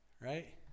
right